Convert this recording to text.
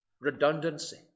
Redundancy